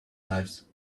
lives